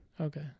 Okay